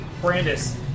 Brandis